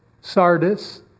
Sardis